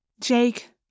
Jake